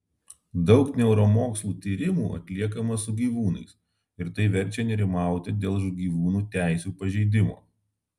daug neuromokslų tyrimų atliekama su gyvūnais ir tai verčia nerimauti dėl gyvūnų teisių pažeidimo